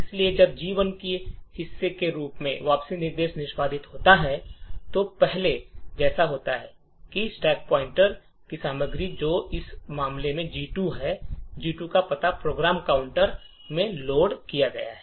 इसलिए जब G1 के हिस्से के रूप में वापसी निर्देश निष्पादित होता है तो पहले जैसा होता है कि स्टैक पॉइंटर की सामग्री जो इस मामले में है G2 का पता प्रोग्राम काउंटर में लोड किया गया है